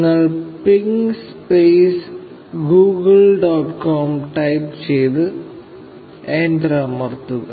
നിങ്ങൾ ping space Google dot com type ചെയ്ത് enter അമർത്തുക